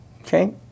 okay